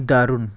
দারুণ